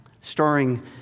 starring